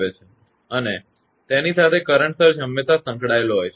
અને તેની સાથે કરંટ સર્જ હંમેશા સંકળાયેલો હોય છે